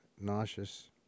nauseous